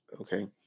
okay